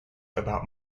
about